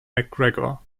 mcgregor